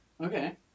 Okay